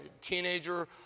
teenager